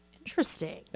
Interesting